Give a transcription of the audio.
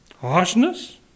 Harshness